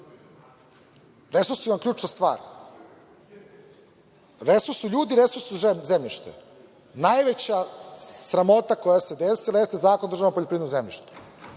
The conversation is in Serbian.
resursi su vam ključna stvar. Resursi su ljudi, resursi su zemljište. Najveća sramota koja se desila, jeste Zakon o državnom poljoprivrednom zemljištu.